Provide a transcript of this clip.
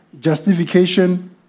justification